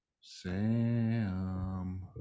Sam